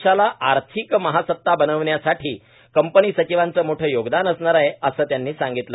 देशाला आर्थिक महासता बनवण्यासाठी कंपनी सचिवांचे मोठं योगदान असणार आहे असं त्यांनी सांगितलं